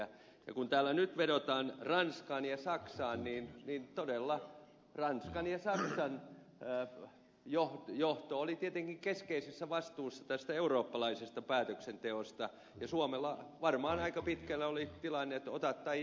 ja kun täällä nyt vedotaan ranskaan ja saksaan niin todella ranskan ja saksan johto oli tietenkin keskeisessä vastuussa tästä eurooppalaisesta päätöksenteosta ja suomella varmaan aika pitkälle oli tilanne että ota tai jätä